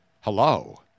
hello